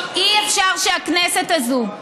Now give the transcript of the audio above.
אי-אפשר שהכנסת הזאת,